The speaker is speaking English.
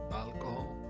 alcohol